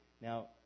now